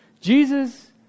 Jesus